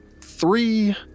Three